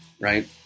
right